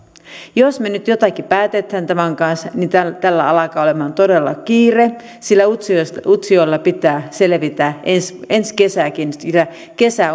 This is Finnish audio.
jos me nyt jotakin päätämme tämän kanssa niin tällä alkaa olemaan todella kiire sillä utsjoella pitää selvitä ensi ensi kesäkin ja kesä